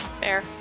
fair